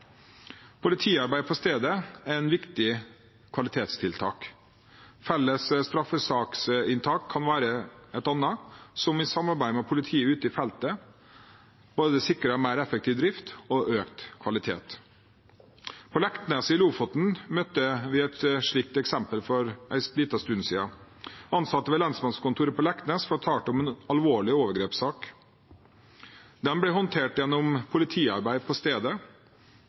på stedet er et viktig kvalitetstiltak. Felles straffesaksinntak kan være et annet tiltak, som i samarbeid med politiet ute i felten sikrer både mer effektiv drift og økt kvalitet. På Leknes i Lofoten møtte vi et eksempel på det for en liten stund siden. Ansatte ved lensmannskontoret på Leknes fortalte om en alvorlig overgrepssak. Den ble håndtert gjennom politiarbeid på stedet.